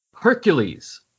Hercules